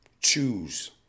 choose